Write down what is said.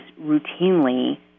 routinely